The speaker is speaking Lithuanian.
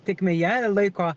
tėkmėje laiko